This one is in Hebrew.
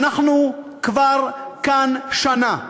אנחנו כבר כאן שנה.